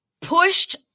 pushed